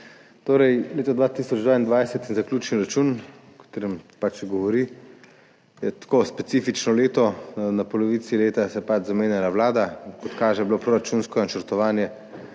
hvala. Leto 2022 in zaključni račun, o katerem pač govori, je tako specifično leto. Na polovici leta se je zamenjala vlada, kot kaže, je bilo proračunsko načrtovanje